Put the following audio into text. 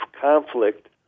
conflict